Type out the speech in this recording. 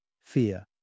fear